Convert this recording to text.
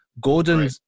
Gordon